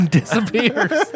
disappears